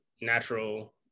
natural